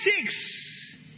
six